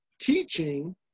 teaching